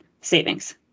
savings